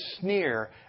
sneer